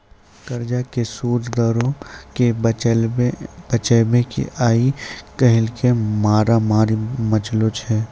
कर्जा के सूद दरो के बचाबै के आइ काल्हि मारामारी मचलो छै